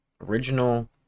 original